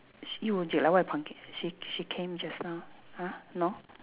she she came just now !huh! no